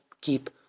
keep